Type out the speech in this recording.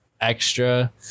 extra